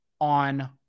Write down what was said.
on